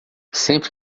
sempre